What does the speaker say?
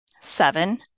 seven